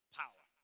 power